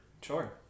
Sure